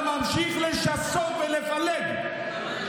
אתה ממשיך לשסות ולפלג.